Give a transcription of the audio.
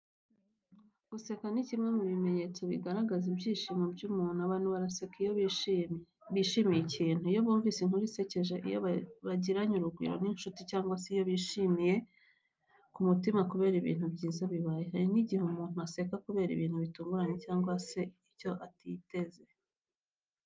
Guseka ni kimwe mu bimenyetso bigaragaza ibyishimo by’umuntu. Abantu baraseka iyo bishimiye ikintu, iyo bumvise inkuru isekeje, iyo bagiranye urugwiro n’inshuti cyangwa se iyo bishimye ku mutima kubera ibintu byiza bibaye. Hari n’igihe umuntu aseka kubera ibintu bitunguranye cyangwa se ibyo atari yiteze.